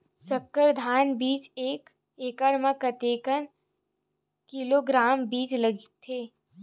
संकर धान बीज एक एकड़ म कतेक किलोग्राम बीज लगथे?